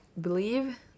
believe